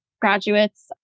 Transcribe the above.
graduates